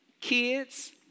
Kids